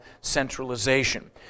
centralization